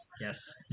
Yes